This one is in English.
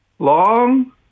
Long